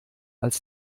als